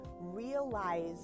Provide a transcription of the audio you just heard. realize